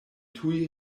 tuj